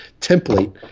template